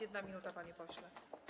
1 minuta, panie pośle.